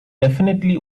definitely